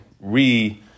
re